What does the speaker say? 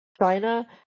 China